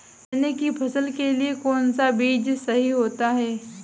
चने की फसल के लिए कौनसा बीज सही होता है?